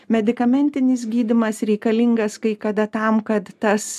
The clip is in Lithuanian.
medikamentinis gydymas reikalingas kai kada tam kad tas